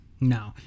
No